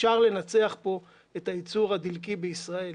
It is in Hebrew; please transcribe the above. שאפשר לנצח כאן את הייצור הדלקי בישראל.